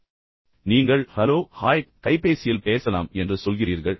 எனவே நீங்கள் hello hi என்று சொல்கிறீர்கள் நீங்கள் கைபேசியில் பேசலாம் என்று சொல்கிறீர்கள்